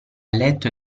letto